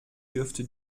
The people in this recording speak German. dürfte